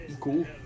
Cool